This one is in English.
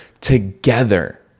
together